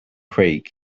creek